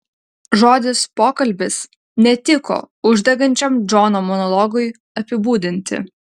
žodis pokalbis netiko uždegančiam džono monologui apibūdinti